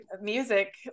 music